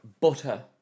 butter